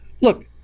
look